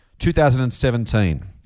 2017